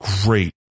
great